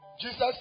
Jesus